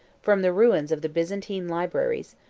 from the ruins of the byzantine libraries,